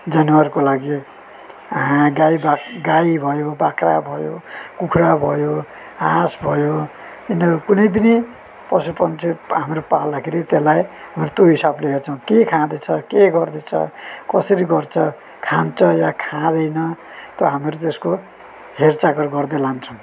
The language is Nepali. जानवरको लागि गाई बाख्र गाई भयो बाख्रा भयो कुखुरा भयो हाँस भयो यिनीहरू कुने पनि पशुपक्षी हाम्रो पाल्दाखेरि त्यसलाई त्यो हिसाबले हेर्छौँ के खाँदैछ के गर्दैछ कसरी गर्छ खान्छ या खाँदैन त्यो हाम्रो त्यसको हेरविचार गर्दै लान्छौँ